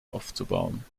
aufzubauen